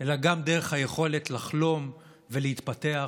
אלא גם דרך היכולת לחלום ולהתפתח,